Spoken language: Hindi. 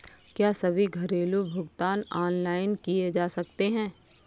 क्या सभी घरेलू भुगतान ऑनलाइन किए जा सकते हैं?